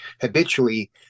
habitually